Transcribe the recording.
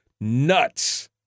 nuts